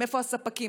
איפה הספקים?